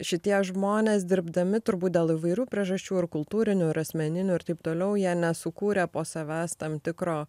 šitie žmonės dirbdami turbūt dėl įvairių priežasčių ir kultūrinių ir asmeninių ir taip toliau jie nesukūrė po savęs tam tikro